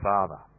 Father